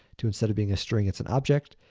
to instead of being a string, it's an object,